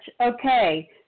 Okay